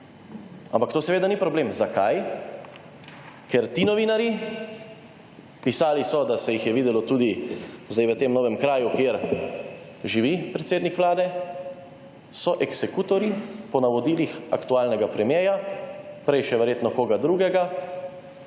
Ampak to seveda ni problem. Zakaj? Ker ti novinarji, pisali so, da se jih je videlo tudi, zdaj v tem novem kraju, kjer živi predsednik Vlade, so eksekutorji, po navodilih aktualnega premierja, prej še verjetno koga drugega,